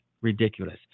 ridiculous